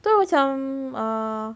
tu I macam err